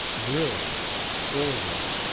grilles, scroll-work,